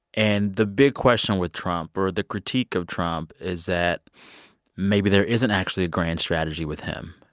and the big question with trump, or, the critique of trump is that maybe there isn't actually a grand strategy with him.